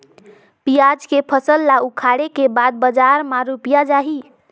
पियाज के फसल ला उखाड़े के बाद बजार मा रुपिया जाही?